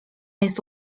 jest